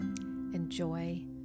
Enjoy